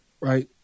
right